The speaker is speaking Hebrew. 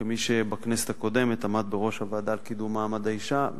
כמי שבכנסת הקודמת עמד בראש הוועדה לקידום מעמד האשה,